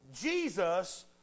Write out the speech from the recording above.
Jesus